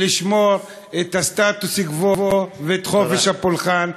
ולשמור את הסטטוס-קוו ואת חופש הפולחן,